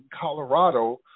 Colorado